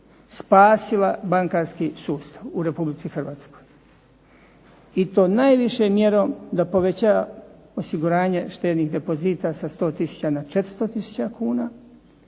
spasila bankarski sustav u Republici Hrvatskoj i to najviše mjerom da poveća osiguranje štednih depozita sa 100 tisuća na 400 tisuća